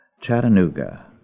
Chattanooga